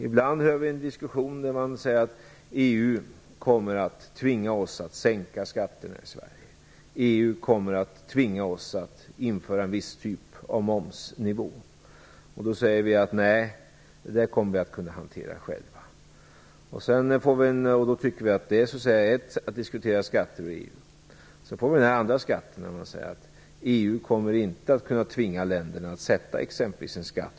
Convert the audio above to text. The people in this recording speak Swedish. Ibland hörs en diskussion om att EU kommer att tvinga oss att sänka skatterna i Sverige och att EU kommer att tvinga oss att införa en viss momsnivå. Då säger vi: Nej, detta kommer vi själva att kunna hantera. Vi tycker då att det är ett sätt att diskutera skatter i EU. Sedan får vi den andra diskussionen, att EU inte kommer att tvinga länderna att införa skatt på exempelvis koldioxid.